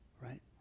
right